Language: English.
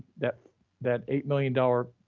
that that eight million dollars